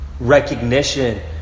Recognition